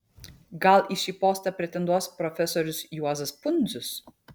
gal į šį postą pretenduos profesorius juozas pundzius